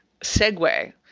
segue